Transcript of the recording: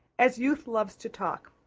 as youth loves to talk,